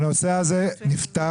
הנושא הזה נפתר.